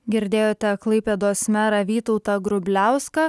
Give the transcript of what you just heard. girdėjote klaipėdos merą vytautą grubliauską